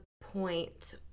point